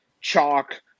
chalk